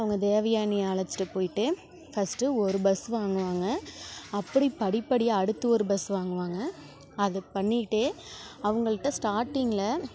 அவங்க தேவியானியை அழைச்சிட்டு போய்விட்டு ஃபர்ஸ்ட்டு ஒரு பஸ் வாங்குவாங்க அப்படி படிப்படியாக அடுத்து ஒரு பஸ் வாங்குவாங்க அது பண்ணிகிட்டே அவங்கள்ட்ட ஸ்டார்ட்டிங்கில